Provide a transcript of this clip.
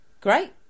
great